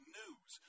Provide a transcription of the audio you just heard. news